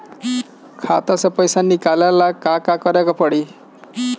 खाता से पैसा निकाले ला का का करे के पड़ी?